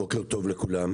בוקר טוב לכולם,